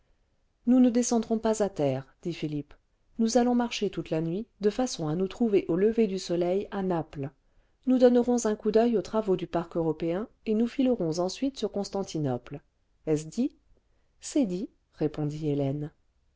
nous ne descendrons pas à terre dit philippe nous allons marcher toute la nuit de façon à nous trouver au lever du soleil à naples nous donnerons un coup d'oeil aux travaux du parc européen et nous filerons ensuite sur constantinople est-ce dit c'est dit répondit hélène